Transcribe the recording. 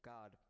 God